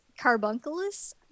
Carbunculus